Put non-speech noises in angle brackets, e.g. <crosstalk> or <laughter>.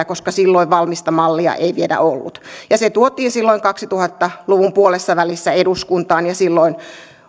<unintelligible> koska silloin valmista mallia ei vielä ollut se tuotiin silloin kaksituhatta luvun puolessavälissä eduskuntaan ja silloin